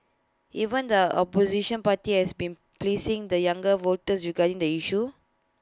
even the opposition party has been pleasing the younger voters regarding the issue